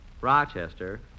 Rochester